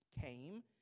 came